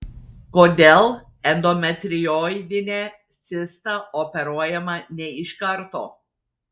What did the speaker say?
kodėl endometrioidinė cista operuojama ne iš karto